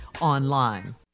online